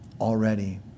already